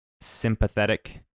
sympathetic